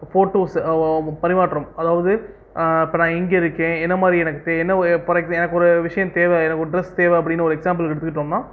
photos பரிமாற்றம் அதாவது இப்ப நான் எங்க இருக்கேன் என்ன மாரி எனக்கு தே என்ன ஒரு ஃபார் எக்ஸ் எனக்கு ஒரு விஷயம் தேவ எனக்கு ஒரு டிரெஸ் தேவ அப்பிடின்னு ஒரு எக்ஸாம்பிளுக்கு எடுத்துக்கிட்டோம்னா